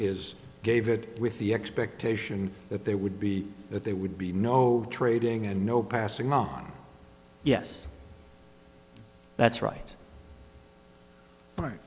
is gave it with the expectation that they would be that they would be no trading and no passing on yes that's right